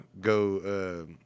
go